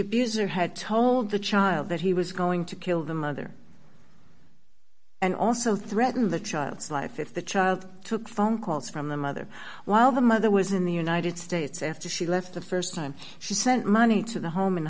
abuser had told the child that he was going to kill the mother and also threaten the child's life if the child took phone calls from the mother while the mother was in the united states after she left the st time she sent money to the home and